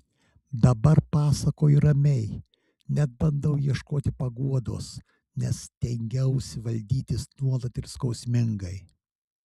dabar pasakoju ramiai net bandau ieškoti paguodos nes stengiausi valdytis nuolat ir skausmingai